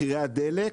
מחירי הדלק,